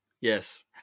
Yes